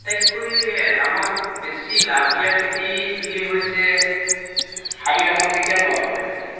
আটাইতকৈয়ে আমাক বেছি লাভ দিয়া খেতি বিধেই হৈছে শালি ধানৰ খেতি আৰু বাও ধানৰ খেতি